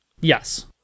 Yes